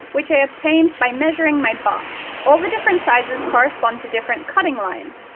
which i obtained by measuring my bust. all the different sizes correspond to different cutting lines.